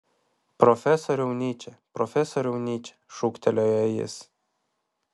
profesoriau nyče profesoriau nyče šūktelėjo jis